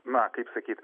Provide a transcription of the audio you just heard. na kaip sakyt